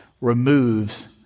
Removes